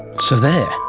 so there.